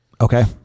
Okay